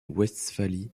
westphalie